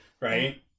right